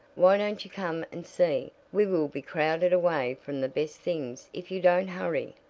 why don't you come and see? we will be crowded away from the best things if you don't hurry.